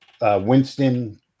winston